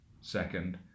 second